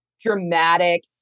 dramatic